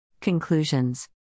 Conclusions